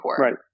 Right